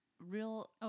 real